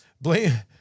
blame